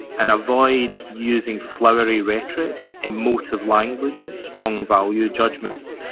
and avoid using flowery rhetoric, emotive language, and strong value judgments.